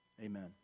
Amen